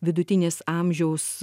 vidutinis amžiaus